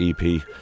EP